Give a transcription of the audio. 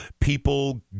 people